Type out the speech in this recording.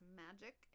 magic